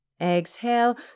Exhale